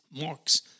marks